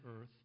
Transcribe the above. earth